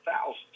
thousands